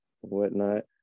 whatnot